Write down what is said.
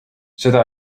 seda